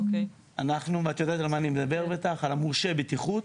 את בטח יודעת על מה אני מדבר על המורשה בטיחות.